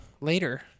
later